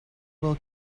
will